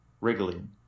wriggling